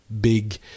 big